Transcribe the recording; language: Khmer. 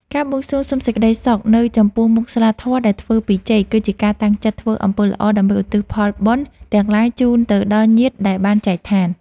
ការបួងសួងសុំសេចក្តីសុខនៅចំពោះមុខស្លាធម៌ដែលធ្វើពីចេក គឺជាការតាំងចិត្តធ្វើអំពើល្អដើម្បីឧទ្ទិសផលបុណ្យទាំងឡាយជូនទៅដល់ញាតិដែលបានចែកឋាន។